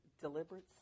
deliberate